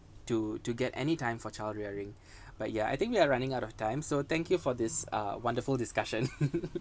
to to get anytime for child rearing but yeah I think we are running out of time so thank you for this uh wonderful discussion